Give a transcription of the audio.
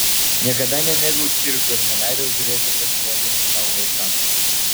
niekada nemėgau cirko ir neleidau žiūrėti pasirodymų savo vaikams